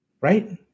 right